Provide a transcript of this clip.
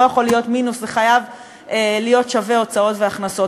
יכול להיות במינוס וחייב להיות שווה הוצאות והכנסות.